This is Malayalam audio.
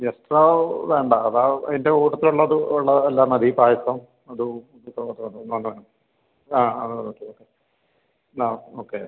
എക്സ്ട്രാ വേണ്ട അത് അതിൻ്റെ കൂട്ടത്തിലുള്ളത് ഉള്ള എല്ലാം മതി പായസം അതും ഇത് ടോട്ടൽ നല്ലതാണ് ആ അത് ഓക്കെ ഓക്കെ ആ ഓക്കെ